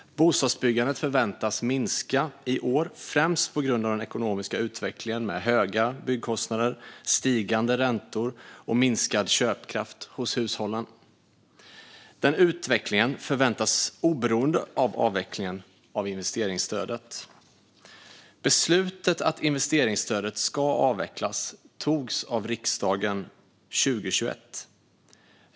Bostadsbyggandet förväntas minska i år, främst på grund av den ekonomiska utvecklingen med höga byggkostnader, stigande räntor och minskad köpkraft hos hushållen. Den utvecklingen är förväntad oberoende av avvecklingen av investeringsstödet. Beslutet att investeringsstödet ska avvecklas togs av riksdagen 2021.